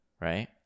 right